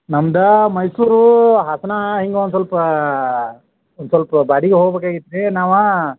ನಮ್ದ ಮೈಸೂರು ಹಾಸನ ಹಿಂಗ್ ಒಂದು ಸ್ವಲ್ಪ ಒಂದು ಸ್ವಲ್ಪ ಬಾಡಿಗೆ ಹೊಗ್ಬೇಕು ಆಗಿತ್ತು ರೀ ನಾವು